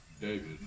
David